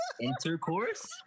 Intercourse